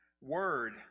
word